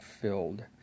filled